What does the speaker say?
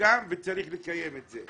סוכם וצריך לקיים את זה.